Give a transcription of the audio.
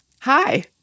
Hi